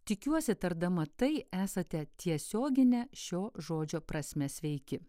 tikiuosi tardama tai esate tiesiogine šio žodžio prasme sveiki